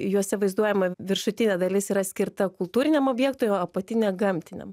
juose vaizduojama viršutinė dalis yra skirta kultūriniam objektui o apatinė gamtiniam